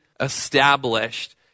established